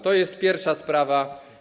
To jest pierwsza sprawa.